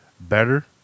Better